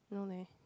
no leh